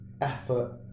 effort